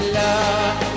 love